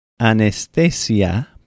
anestesia